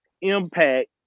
Impact